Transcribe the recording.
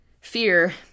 Fear